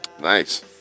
Nice